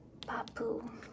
Papu